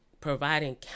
providing